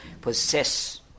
possess